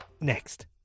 Next